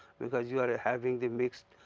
because you are having the mix